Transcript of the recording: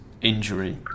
injury